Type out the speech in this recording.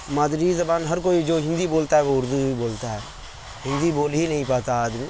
مادری زبان ہرکوئی جو ہندی بولتا ہے وہ اردو بھی بولتا ہے ہندی بول ہی نہیں پاتا آدمی